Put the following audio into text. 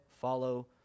follow